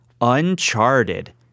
Uncharted